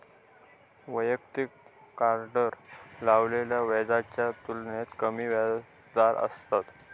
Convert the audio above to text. वैयक्तिक कार्डार लावलेल्या व्याजाच्या तुलनेत कमी व्याजदर असतत